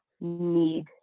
need